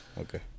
okay